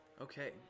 Okay